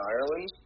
Ireland